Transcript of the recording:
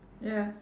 ya